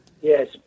Yes